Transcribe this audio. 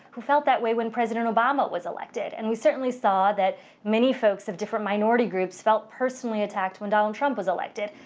who felt that way when president obama was elected. and we certainly saw that many folks of different minorities groups felt personally attacked when donald trump was elected.